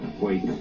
Wait